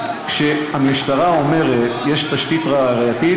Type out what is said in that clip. משפט סיכום, בבקשה.